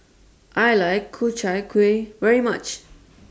I like Ku Chai Kuih very much